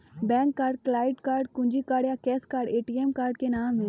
bank card, client card, कुंजी card या cash card ATM card के नाम है